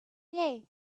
day